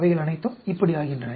அவைகள் அனைத்தும் இப்படி ஆகின்றன